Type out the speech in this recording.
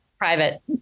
private